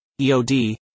EOD